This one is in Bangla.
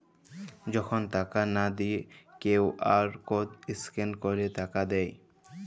যখল টাকা লা দিঁয়ে কিউ.আর কড স্ক্যাল ক্যইরে টাকা দেয়